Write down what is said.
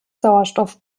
sauerstoff